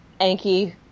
Anki